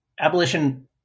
abolition